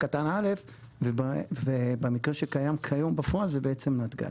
קטן (א) ובמקרה שקיים כיום בפועל זה נתג"ז.